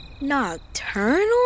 Nocturnal